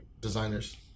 designers